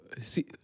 see